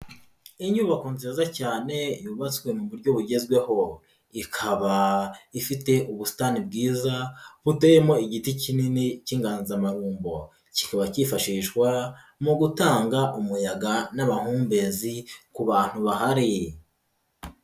Inyubako nziza cyane yubatswe mu buryo bugezweho, ikaba ifite ubusitani bwiza buteyemo igiti kinini cy'inganzamarumbo, kikaba kifashishwa mu gutanga umuyaga n'amahumbezi ku bantu bahari.